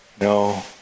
No